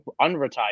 unretired